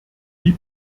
wie